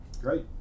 Great